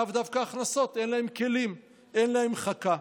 לאו דווקא הכנסות, אין להם כלים, אין להם חכה.